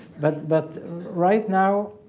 but but right now,